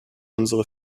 unsere